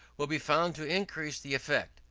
will be found to increase the effect.